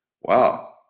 Wow